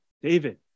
David